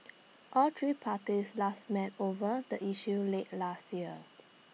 all three parties last met over the issue late last year